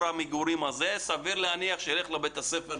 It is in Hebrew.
המגורים הזה סביר להניח שילך לבית הספר הזה.